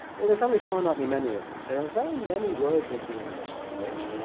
well there's only finitely many of them. there are very many words of the english language.